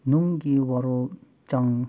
ꯅꯨꯡꯒꯤ ꯋꯥꯔꯣꯜ ꯆꯪ